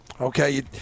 Okay